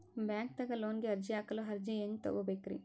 ಬ್ಯಾಂಕ್ದಾಗ ಲೋನ್ ಗೆ ಅರ್ಜಿ ಹಾಕಲು ಅರ್ಜಿ ಹೆಂಗ್ ತಗೊಬೇಕ್ರಿ?